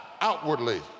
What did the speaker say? outwardly